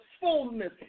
fullness